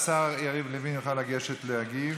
השר יריב לוין יכול לגשת להגיב.